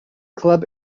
club